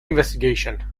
investigation